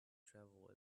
travel